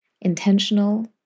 intentional